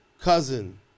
cousin